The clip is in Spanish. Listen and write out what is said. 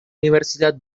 universidad